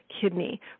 kidney